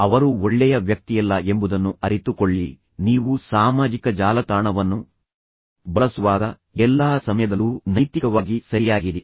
ಅವರು ಒಳ್ಳೆಯ ವ್ಯಕ್ತಿಯಲ್ಲ ಎಂಬುದನ್ನು ಅರಿತುಕೊಳ್ಳಿ ನೀವು ಸಾಮಾಜಿಕ ಜಾಲತಾಣವನ್ನು ಬಳಸುವಾಗ ಎಲ್ಲಾ ಸಮಯದಲ್ಲೂ ನೈತಿಕವಾಗಿ ಸರಿಯಾಗಿರಿ